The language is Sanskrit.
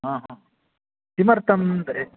हा हा किमर्थं तर्हि